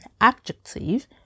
adjective